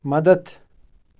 مدتھ